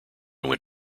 went